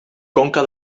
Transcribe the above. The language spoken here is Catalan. conca